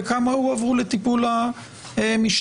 וכמה הועברו לטיפול המשטרה?